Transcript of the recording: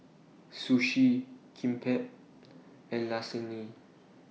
Sushi Kimbap and Lasagne